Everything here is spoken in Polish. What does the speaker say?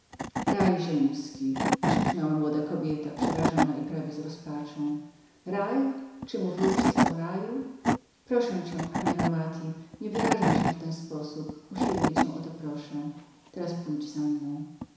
raj ziemski krzyknęła młoda kobieta przerażona i prawie z rozpaczą raj czy mówiłeś co o raju proszę cię panie romati nie wyrażaj się w ten sposób usilnie cię o to proszę teraz pójdź za mną